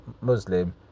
Muslim